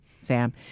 Sam